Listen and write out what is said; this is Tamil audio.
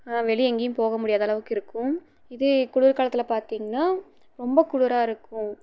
வெளியே எங்கேயும் போக முடியாத அளவுக்கு இருக்கும் இதே குளிர் காலத்தில் பார்த்திங்ன்னா ரொம்ப குளிராக இருக்கும்